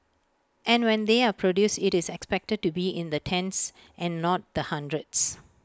and when they are produced IT is expected to be in the tens and not the hundreds